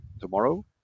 tomorrow